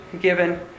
given